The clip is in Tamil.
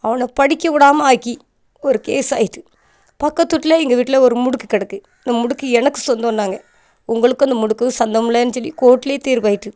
அவனை படிக்க விடாம ஆக்கி ஒரு கேஸ் ஆயிட்டு பக்கத்து வீட்டில் எங்கள் வீட்டில் ஒரு முடுக்கு கிடக்கு அந்த முடுக்கு எனக்கு சொந்தன்னாங்க உங்களுக்கு அந்த முடுக்குக்கும் சொந்தமில்லைன்னு சொல்லி கோர்ட்டில் தீர்ப்பாயிட்டு